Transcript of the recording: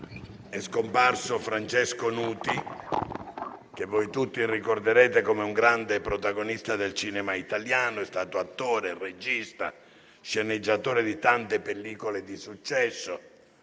è scomparso Francesco Nuti, che voi tutti ricorderete come un grande protagonista del cinema italiano: è stato attore, regista, sceneggiatore di tante pellicole di successo